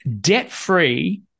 debt-free